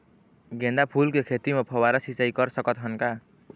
गेंदा फूल के खेती म फव्वारा सिचाई कर सकत हन का?